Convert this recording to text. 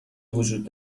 وجود